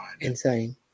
Insane